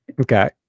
Okay